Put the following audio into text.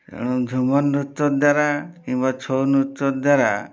ତେଣୁ ଝୁମର୍ ନୃତ୍ୟ ଦ୍ଵାରା କିମ୍ବା ଛଉ ନୃତ୍ୟ ଦ୍ୱାରା